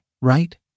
right